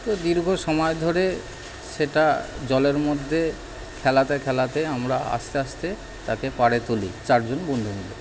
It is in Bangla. তো দীর্ঘ সময় ধরে সেটা জলের মধ্যে খেলাতে খেলাতে আমরা আস্তে আস্তে তাকে পাড়ে তুলি চার জন বন্ধু মিলে